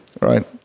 Right